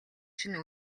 чинь